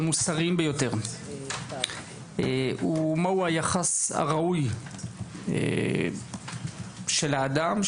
המוסריים ביותר הוא מהו היחס הראוי של האדם,